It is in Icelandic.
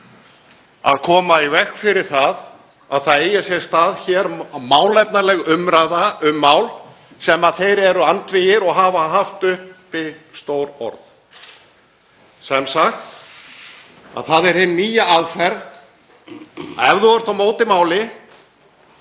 að koma í veg fyrir að hér eigi sér stað málefnaleg umræða um mál sem þeir eru andvígir og hafa haft uppi stór orð um. Það er sem sagt hin nýja aðferð að ef þú ert á móti máli,